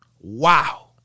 Wow